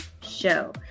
show